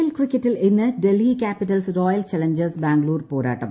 L ക്രിക്കറ്റിൽ ഇന്ന് Delhi Capitals Royal Challengers Bangalore പോരാട്ടം